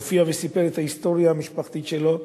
הופיע וסיפר את ההיסטוריה המשפחתית שלו.